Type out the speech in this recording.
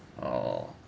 oh